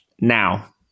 now